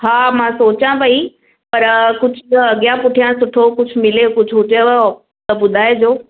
हा मां सोचा पई पर कुझु अॻियां पुठियां सुठो कुझु मिले कुझु हुजेव त ॿुधाइजो